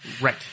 Right